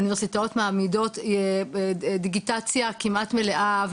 אוניברסיטאות מעמידות דיגיטציה כמעט מלאה,